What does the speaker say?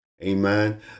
Amen